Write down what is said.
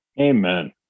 Amen